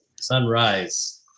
Sunrise